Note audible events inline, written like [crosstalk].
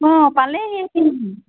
[unintelligible]